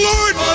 Lord